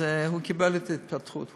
הוא קיבל את ההתפטרות.